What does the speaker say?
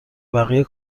بقیه